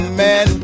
man